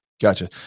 gotcha